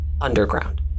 underground